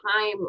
time